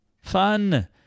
Fun